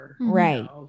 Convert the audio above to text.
right